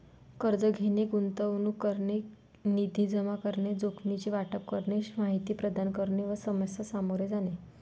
कर्ज घेणे, गुंतवणूक करणे, निधी जमा करणे, जोखमीचे वाटप करणे, माहिती प्रदान करणे व समस्या सामोरे जाणे